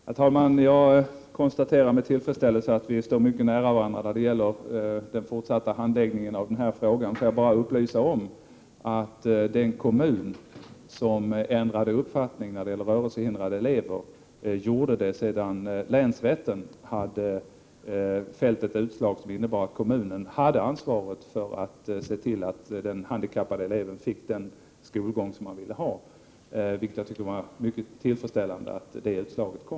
Herr talman! Jag konstaterar med tillfredsställelse att vi står mycket nära varandra när det gäller den fortsatta handläggningen av denna fråga. Får jag bara upplysa om att den kommun som ändrade uppfattning när det gäller rörelsehindrade elever gjorde det sedan länsrätten hade fällt ett utslag som innebar att kommunen hade ansvaret för att se till att den handikappade eleven fick den skolgång som han ville ha. Jag tycker att det var mycket tillfredsställande att det utslaget kom.